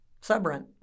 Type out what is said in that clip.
sub-rent